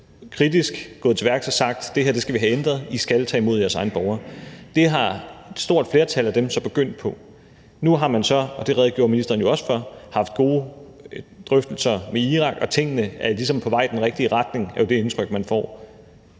kritisk til værks og har sagt: Det her skal vi have ændret, I skal tage imod jeres egne borgere. Det er et stort flertal af dem så begyndt på. Nu har man så, og det redegjorde ministeren jo også for, haft gode drøftelser med Irak, og tingene er ligesom på vej i den rigtige retning, er det indtryk, man får.